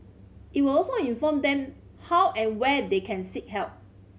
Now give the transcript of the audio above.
it will also inform them how and where they can seek help